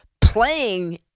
playing